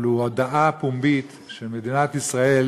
אבל הוא הודעה פומבית של מדינת ישראל